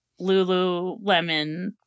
Lululemon